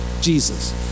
Jesus